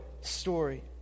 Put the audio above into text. story